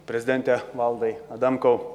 prezidente valdai adamkau